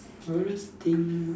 worst thing